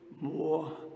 more